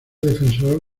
defensor